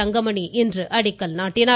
தங்கமணி இன்று அடிக்கல் நாட்டினார்